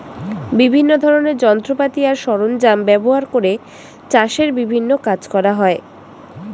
বিভিন্ন ধরনের যন্ত্রপাতি আর সরঞ্জাম ব্যবহার করে চাষের বিভিন্ন কাজ করা হয়